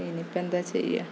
ഇനിയിപ്പോള് എന്താണു ചെയ്യുക